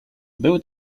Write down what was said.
były